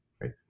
right